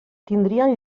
tindrien